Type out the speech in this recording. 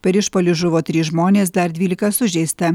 per išpuolį žuvo trys žmonės dar dvylika sužeista